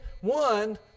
one